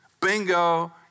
Bingo